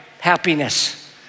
happiness